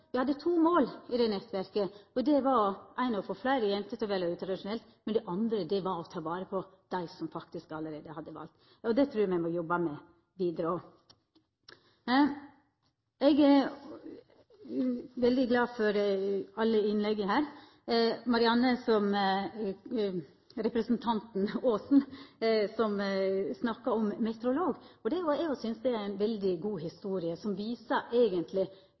Me hadde to mål i det nettverket: Det eine var å få fleire jenter til å velja utradisjonelt, og det andre var å ta vare på dei som faktisk allereie hadde valt. Det trur eg me må jobba med vidare òg. Eg er veldig glad for alle innlegga her. Representanten Aasen snakka om meteorologi, og eg synest det var ei veldig god historie som viser